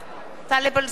טלב אלסאנע,